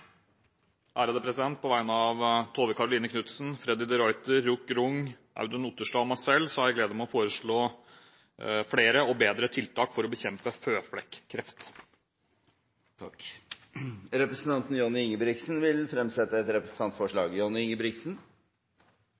På vegne av representantene Tove Karoline Knutsen, Freddy de Ruiter, Ruth Mari Grung, Audun Otterstad og meg selv har jeg gleden av å forslå flere og bedre tiltak for å bekjempe føflekkreft. Representanten Johnny Ingebrigtsen vil fremsette et representantforslag.